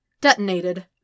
Detonated